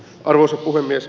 arvoisa puhemies